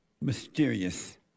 mysterious